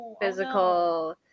physical